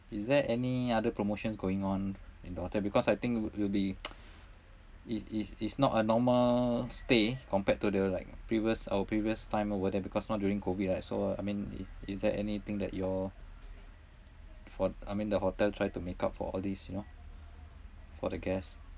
is there any other promotions going on in the hotel because I think it will be it is it's not a normal stay compared to the like previous our previous time over there because now during COVID right so I mean is there anything that you all for I mean the hotel try to make up for all these you know for the guests